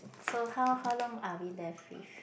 so how how long are we left with